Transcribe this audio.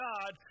God